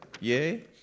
Yay